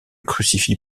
crucifix